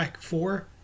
four